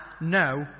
no